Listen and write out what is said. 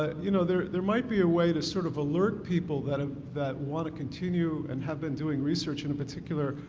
ah you know there there might be a way to sort of alert people that ah that want continue and have been doing research in particular,